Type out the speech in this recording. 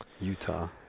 Utah